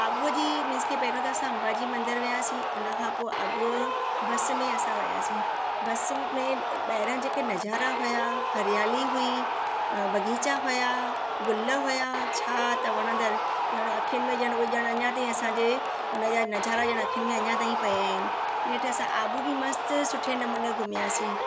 आबूअ जी मींस की पहिरों त असां अंबाजी मंदरु वियासीं उनखां पोइ आबू बस में असां वियासीं बस में ॿाहिरां जेके नज़ारा हुया हरियाली हुई अ बगीचा हुया गुल हुया छा त वणंदड़ ॼण अखिन में ॼण उहे जणु अञा ताईं असांजे उनजा नज़ारा ॼण अखिन में अञा ताईं पिया इन नेठ असां आबू बि मस्त सुठे नमूने घुमियासीं